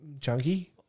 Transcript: chunky